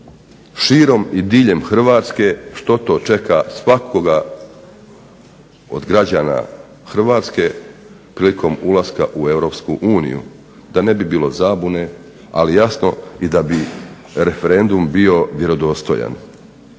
širom i diljem Hrvatske što to čeka svakoga od građana Hrvatske prilikom ulaska u EU. Da ne bi bilo zabune, ali jasno i da bi referendum bio vjerodostojan,